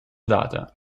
data